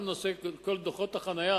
גם כל נושא דוחות החנייה.